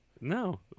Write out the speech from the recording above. No